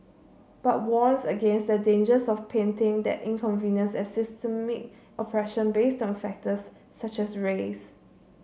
but warns against the dangers of painting that inconvenience as systemic oppression based on factors such as race